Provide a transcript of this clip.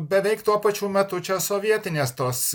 beveik tuo pačiu metu čia sovietinės tos